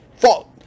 fault